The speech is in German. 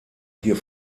hier